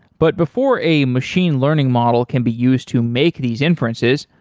but before a machine learning model can be used to make these inferences,